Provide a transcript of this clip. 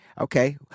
Okay